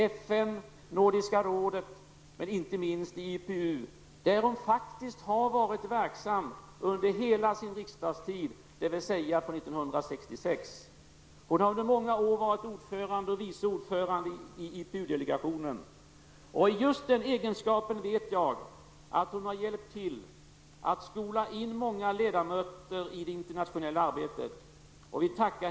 Gertrud Sigurdsen personifierar den gamla stammens politiker; som efter att själv ha fått uppleva orättvisorna i samhället kastat sig ut i fackligt och politiskt arbete för att få bort orättvisorna. Få människor har jag mött med ett sådant brinnande socialt intresse som Gertrud Sigurdsen.